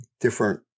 different